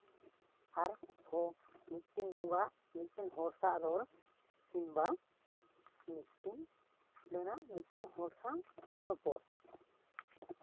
ᱟᱨᱦᱚᱸ ᱢᱤᱫᱴᱤᱱ ᱵᱚᱸᱜᱟᱣᱟᱜ ᱮᱠᱮᱱ ᱦᱚᱲ ᱥᱟᱜ ᱨᱚᱲ ᱠᱤᱢᱵᱟ ᱢᱤᱫᱴᱤᱱ ᱛᱩᱞᱚᱱᱟ ᱢᱤᱫᱴᱤᱱ ᱦᱚᱲ ᱥᱟᱶ ᱨᱚᱯᱚᱲ